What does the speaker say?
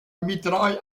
mitraille